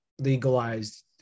legalized